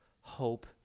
hope